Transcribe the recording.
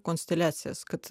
konsteliacijas kad